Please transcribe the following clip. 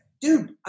dude